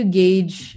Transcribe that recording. gauge